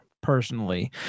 personally